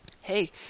Hey